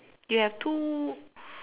you have two